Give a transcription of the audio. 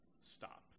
stop